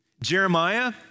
Jeremiah